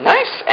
Nice